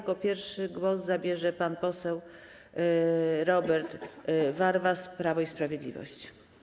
Jako pierwszy głos zabierze pan poseł Robert Warwas, Prawo i Sprawiedliwość.